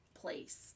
place